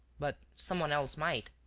but some one else might.